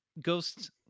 ghosts